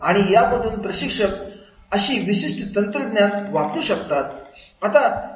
आणि यामधून प्रशिक्षक अशी विशिष्ट तंत्रज्ञान वापरू शकता